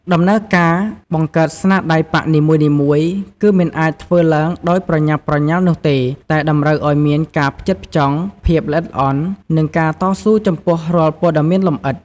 ដំណើរការបង្កើតស្នាដៃប៉ាក់នីមួយៗ គឺមិនអាចធ្វើឡើងដោយប្រញាប់ប្រញាល់នោះទេ តែតម្រូវឱ្យមានការផ្ចិតផ្ចង់ ភាពល្អិតល្អន់ និងការតស៊ូចំពោះរាល់ព័ត៌មានលម្អិត។